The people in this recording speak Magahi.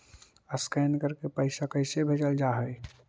स्कैन करके पैसा कैसे भेजल जा हइ?